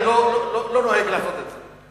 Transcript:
אני לא נוהג לעשות את זה.